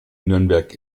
nürnberg